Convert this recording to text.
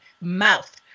mouth